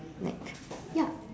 like yup